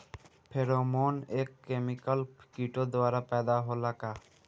Pheromone एक chemical किटो द्वारा पैदा होला का?